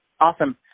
Awesome